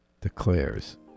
declares